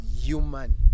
human